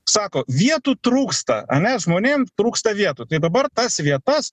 sako vietų trūksta ane žmonėm trūksta vietų tai dabar tas vietas